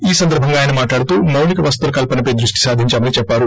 ఈ సందర్బంగా ఆయన మాట్లాడుతూ మౌలిక వసతుల కల్పనపై దృష్టి సారిందామని చెప్పారు